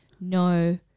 no